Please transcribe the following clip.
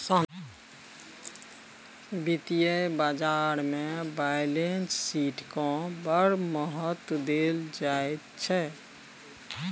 वित्तीय बाजारमे बैलेंस शीटकेँ बड़ महत्व देल जाइत छै